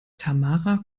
tamara